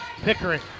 Pickering